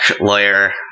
lawyer